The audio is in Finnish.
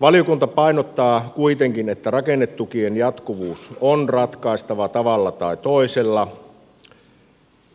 valiokunta painottaa kuitenkin että rakennetukien jatkuvuus on ratkaistava tavalla tai toisella